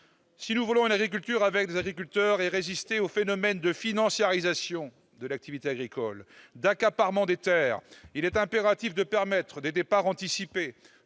Si nous voulons une agriculture avec des agriculteurs, si nous voulons résister aux phénomènes de financiarisation de l'activité agricole et d'accaparement des terres, il est impératif de permettre des départs anticipés